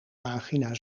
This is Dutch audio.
pagina